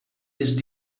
ist